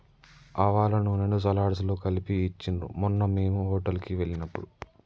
ఆవాల నూనెను సలాడ్స్ లో కలిపి ఇచ్చిండ్రు మొన్న మేము హోటల్ కి వెళ్ళినప్పుడు